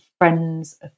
friends